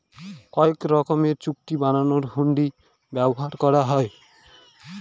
কয়েক রকমের চুক্তি বানানোর হুন্ডি ব্যবহার করা হয়